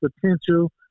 potential